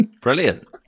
brilliant